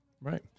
Right